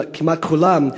כמעט כולם,